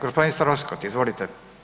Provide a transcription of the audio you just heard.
G. Troskot, izvolite.